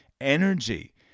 Energy